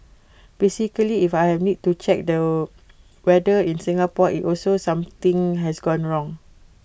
basically if I need to check the weather in Singapore IT also something has gone wrong